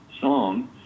song